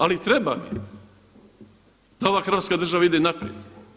Ali trebam je da ova Hrvatska država ide naprijed.